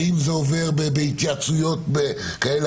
האם זה עובר בהתייעצויות כאלה?